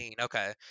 Okay